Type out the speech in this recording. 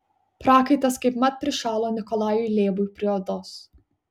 prakaitas kaipmat prišalo nikolajui lėbui prie odos